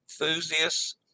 enthusiasts